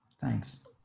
Thanks